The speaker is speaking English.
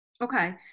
Okay